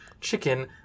chicken